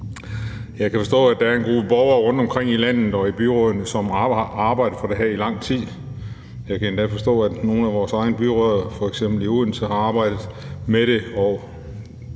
Jeg kan forstå, at der er en gruppe borgere rundtomkring i landet og i byrådene, som har arbejdet for det her i lang tid, og jeg kan endda forstå, at nogle af vores egne byrødder, f.eks. i Odense, har arbejdet med det,